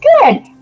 good